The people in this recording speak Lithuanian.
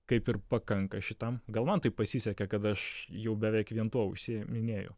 kaip ir pakanka šitam gal man taip pasisekė kad aš jau beveik vien tuo užsiiminėju